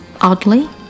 oddly